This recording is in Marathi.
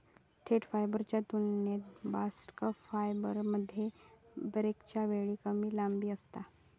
देठ फायबरच्या तुलनेत बास्ट फायबरमध्ये ब्रेकच्या वेळी कमी लांबी असता